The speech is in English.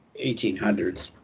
1800s